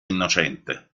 innocente